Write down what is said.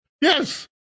Yes